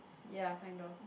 ya kind of